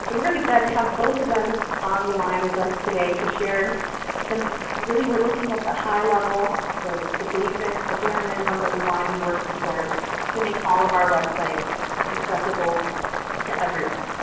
so really glad to have both of them on the line with us today to share some really we're looking at the high level, the the basic, the bare minimum that we want to be working toward to make all of our websites accessible to everyone.